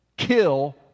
kill